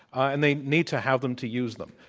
and they need to have them to use them,